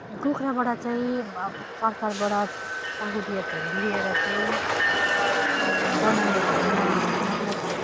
कुखुराबाट चाहिँ सरकारबाट सहुलियतहरू लिएर चाहिँ बनायो भने म मतलब